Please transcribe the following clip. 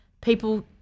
People –